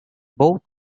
both